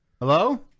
Hello